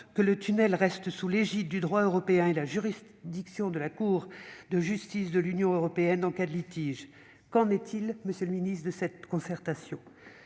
que le tunnel reste sous l'égide du droit européen et de la juridiction de la Cour de justice de l'Union européenne en cas de litige. Qu'en est-il de cette concertation,